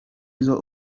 izzo